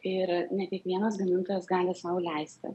ir ne kiekvienas gamintojas gali sau leisti